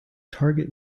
target